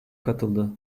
katıldı